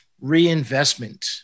reinvestment